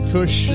Cush